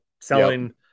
selling